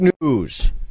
news